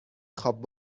خواب